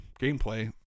gameplay